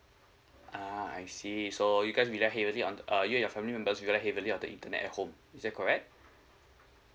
ah I see so you guys rely heavily on uh you and your family members rely heavily on the internet at home is that correct